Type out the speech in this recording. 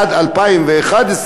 עד 2011,